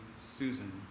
Susan